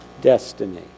destiny